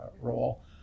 role